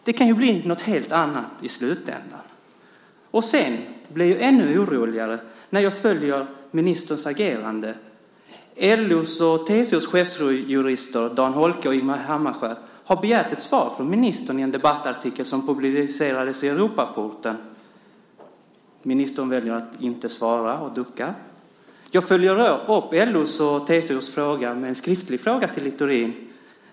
Det kan ju bli något helt annat i slutändan. Jag blir ännu oroligare när jag följer ministerns agerande. LO:s och TCO:s chefsjurister Dan Holke och Ingemar Hamskär har begärt ett svar från ministern i en debattartikel som publicerades i Europaporten. Ministern väljer att inte svara, och duckar. Jag följer upp LO:s och TCO:s fråga med en skriftlig fråga till Littorin.